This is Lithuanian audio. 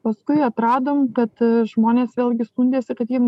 paskui atradom kad žmonės vėlgi skundėsi kad jiem